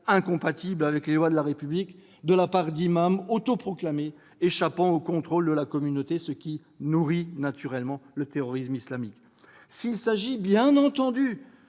incompatibles avec les lois de la République, de la part d'imams autoproclamés, qui échappent au contrôle de la communauté et qui nourrissent naturellement le terrorisme islamique. S'il s'agit, bien entendu,